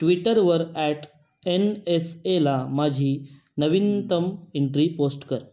ट्विटरवर at N S L माझी नवीनतम एंट्री पोस्ट कर